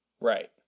Right